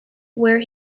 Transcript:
where